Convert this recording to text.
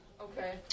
Okay